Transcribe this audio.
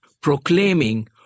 proclaiming